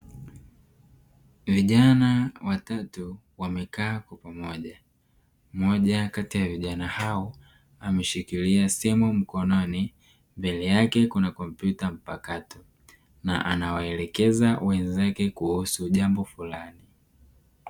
Vijana watatu wamekaa kwa pamoja mmoja kati ya vijana hao ameshikilia simu mkononi, mbele yake kuna kompyuta mpakato na anawaelekeza wenzake kuhusu jambo fulani.